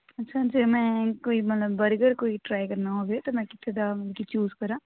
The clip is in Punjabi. ਅੱਛਾ ਜੇ ਮੈਂ ਕੋਈ ਮਤਲਬ ਬਰਗਰ ਕੋਈ ਟਰਾਈ ਕਰਨਾ ਹੋਵੇ ਤਾਂ ਮੈਂ ਕਿੱਥੇ ਦਾ ਮਤਲਬ ਕਿ ਚੂਜ ਕਰਾਂ